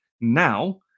now